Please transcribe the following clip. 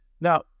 Now